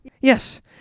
Yes